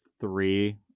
three